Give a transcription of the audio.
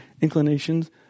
inclinations